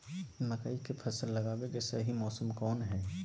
मकई के फसल लगावे के सही मौसम कौन हाय?